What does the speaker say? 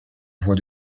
voix